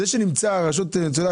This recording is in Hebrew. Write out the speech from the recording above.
זה שהרשות עם